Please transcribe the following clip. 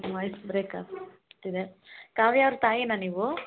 voice break ಆಗ್ತಿದೆ ಕಾವ್ಯ ಅವ್ರ ತಾಯಿಯಾ ನೀವು